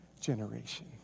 generation